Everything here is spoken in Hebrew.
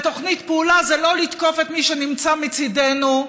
תכנית פעולה זה לא לתקוף את מי שנמצא מצידנו,